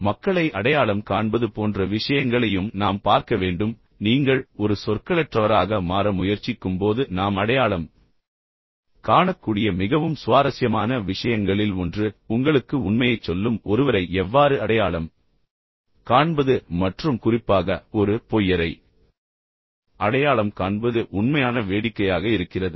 இப்போது மக்களை அடையாளம் காண்பது போன்ற விஷயங்களையும் நாம் பார்க்க வேண்டும் நீங்கள் ஒரு சொற்களற்றவராக மாற முயற்சிக்கும்போது நாம் அடையாளம் காணக்கூடிய மிகவும் சுவாரஸ்யமான விஷயங்களில் ஒன்று உங்களுக்கு உண்மையைச் சொல்லும் ஒருவரை எவ்வாறு அடையாளம் காண்பது மற்றும் உங்களுக்குச் பொய்யை சொல்லும் ஒருவரை எவ்வாறு அடையாளம் காண்பது குறிப்பாக ஒரு பொய்யரை அடையாளம் காண்பது உண்மையான வேடிக்கையாக இருக்கிறது